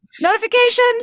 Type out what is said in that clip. Notification